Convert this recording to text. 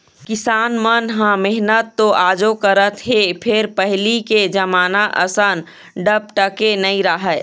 किसान मन ह मेहनत तो आजो करत हे फेर पहिली के जमाना असन डपटके नइ राहय